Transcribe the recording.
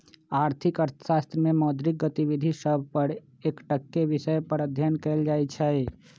आर्थिक अर्थशास्त्र में मौद्रिक गतिविधि सभ पर एकटक्केँ विषय पर अध्ययन कएल जाइ छइ